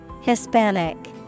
Hispanic